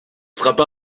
frappa